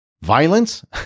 violence